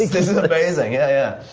this this is amazing, yeah,